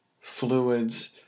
fluids